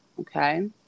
Okay